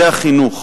זה החינוך.